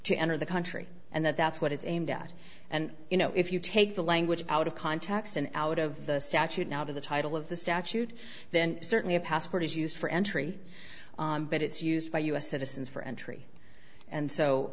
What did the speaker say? to enter the country and that that's what it's aimed at and you know if you take the language out of context and out of the statute now the title of the statute then certainly a passport is used for entry but it's used by u s citizens for entry and